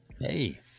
Hey